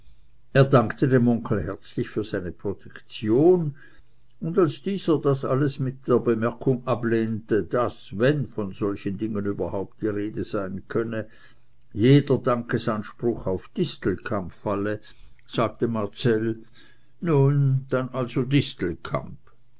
er dankte dem onkel herzlich für seine protektion und als dieser das alles mit der bemerkung ablehnte daß wenn von solchen dingen überhaupt die rede sein könne jeder dankesanspruch auf distelkamp falle sagte marcell nun dann also